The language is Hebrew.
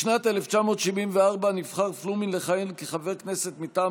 בשנת 1974 נבחר פלומין לכהן כחבר כנסת מטעם